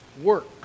work